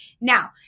Now